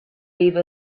leave